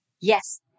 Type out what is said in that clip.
Yes